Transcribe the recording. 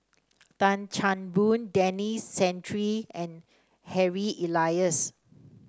Tan Chan Boon Denis Santry and Harry Elias